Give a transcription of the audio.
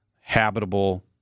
habitable